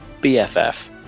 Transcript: BFF